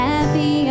Happy